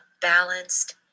balanced